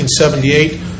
1978